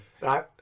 Right